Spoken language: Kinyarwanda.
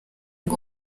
ati